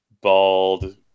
bald